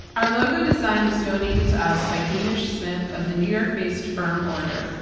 our logo design was donated to us by hamish smith of the new york-based firm, order.